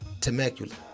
Temecula